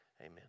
amen